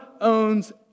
owns